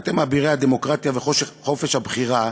אתם, אבירי הדמוקרטיה וחופש הבחירה,